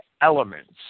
elements